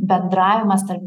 bendravimas tarp